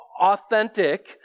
authentic